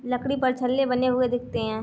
लकड़ी पर छल्ले बने हुए दिखते हैं